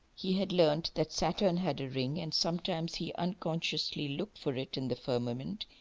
he had learnt that saturn had a ring, and sometimes he unconsciously looked for it in the firmament,